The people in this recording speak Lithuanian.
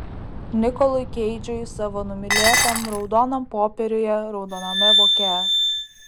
nikolui keidžui savo numylėtam raudonam popieriuje raudoname voke